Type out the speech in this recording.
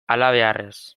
halabeharrez